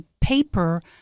paper